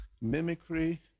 mimicry